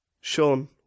Sean